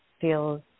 feels